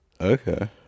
Okay